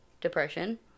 depression